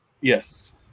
Yes